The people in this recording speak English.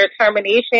termination